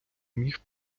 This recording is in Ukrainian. міф